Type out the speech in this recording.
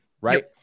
right